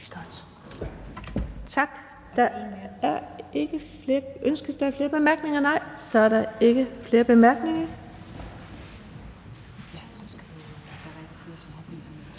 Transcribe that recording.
Tak. Ønskes der flere korte bemærkninger? Nej, der er ikke flere korte bemærkninger.